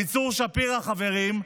עמיצור שפירא, חברים,